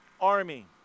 army